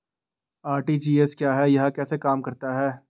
RTGS क्या है यह कैसे काम करता है?